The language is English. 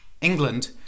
England